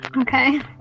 Okay